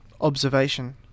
observation